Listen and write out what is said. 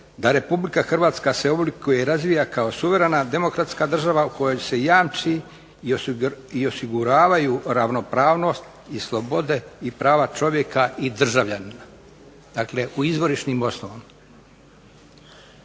da Republika Hrvatska se oblikuje i razvija kao suverena, demokratska država u kojoj se jamče i osiguravaju ravnopravnost i slobode i prava čovjeka i državljanina, dakle u Izvorišnim osnovama.